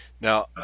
Now